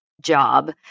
job